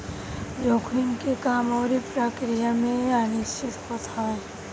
जोखिम के काम अउरी प्रक्रिया में अनिश्चितता होत हवे